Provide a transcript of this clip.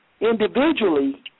individually